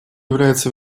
является